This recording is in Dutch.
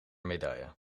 medaille